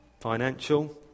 financial